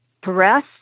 breath